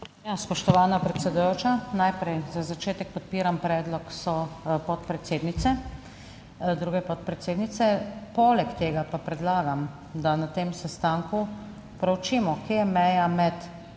spoštovana predsedujoča. Najprej za začetek podpiram predlog sopodpredsednice, druge podpredsednice. Poleg tega pa predlagam, da na tem sestanku proučimo, kje je meja med stališčem